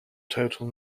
total